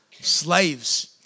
Slaves